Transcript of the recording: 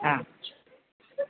ஆ